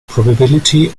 probability